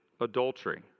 adultery